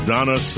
Donna